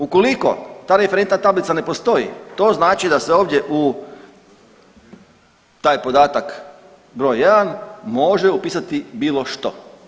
Ukoliko ta referentna tablica ne postoji to znači da se ovdje u, taj podatak broj 1 može upisati bilo što.